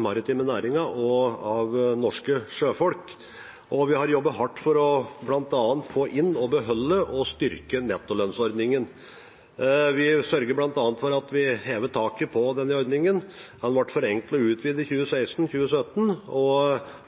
maritime næringen og av norske sjøfolk. Vi har jobbet hardt for bl.a. å få inn, beholde og styrke nettolønnsordningen. Vi sørget bl.a. for at vi hevet taket på denne ordningen. Den ble forenklet og utvidet i 2016/2017, og